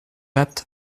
bapt